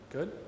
Good